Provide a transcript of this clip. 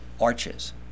arches